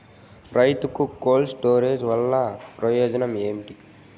రైతుకు cold storage వల్ల ప్రయోజనం ఏమి?